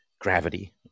gravity